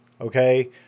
Okay